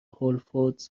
هولفودز